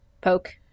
Poke